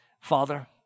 Father